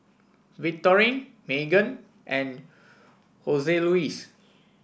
Victorine Meagan and Hoseluis